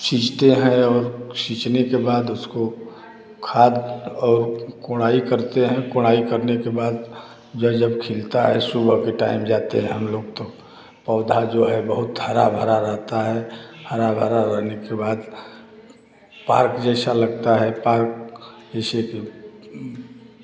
सीचते हैं और सीचने के बाद उसको खाद और कोड़ाई करते है कोड़ाइ करने के बाद यह जब खिलता है सुबह के टाइम जाते हैं हमलोग तो पौधा जो है बहुत हरा भरा रहता है हरा भरा रहने के बाद पार्क जैसा लगता है पार्क जैसे कि